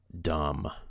dumb